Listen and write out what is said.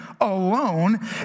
alone